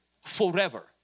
forever